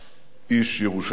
איש ירושלים.